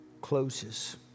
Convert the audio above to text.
closes